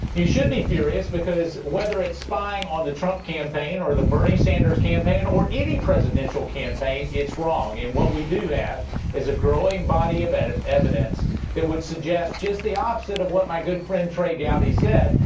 you s hould be furious because whether it's spying on the trump campaign, or the bernie sanders campaign, or any presidential campaign, it's wrong. and what we do have is a growing body of and of evidence that would suggest just the opposite of what my good friend trey gowdy said,